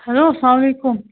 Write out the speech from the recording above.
hello اسلامُ علیکُم